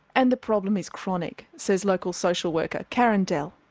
and the problem is chronic, says local social worker karen dell.